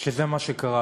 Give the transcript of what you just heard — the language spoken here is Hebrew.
שזה מה שקרה.